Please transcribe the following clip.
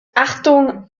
achtung